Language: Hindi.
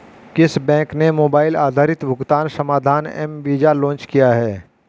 किस बैंक ने मोबाइल आधारित भुगतान समाधान एम वीज़ा लॉन्च किया है?